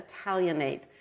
Italianate